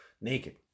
naked